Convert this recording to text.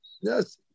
Yes